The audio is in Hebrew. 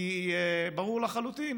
כי ברור לחלוטין